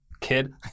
kid